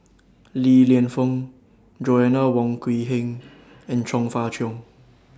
Li Lienfung Joanna Wong Quee Heng and Chong Fah Cheong